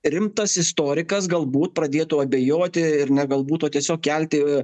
rimtas istorikas galbūt pradėtų abejoti ir ne galbūt o tiesiog kelti